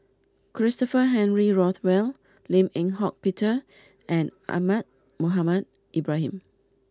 Christopher Henry Rothwell Lim Eng Hock Peter and Ahmad Mohamed Ibrahim